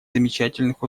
замечательных